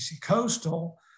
Coastal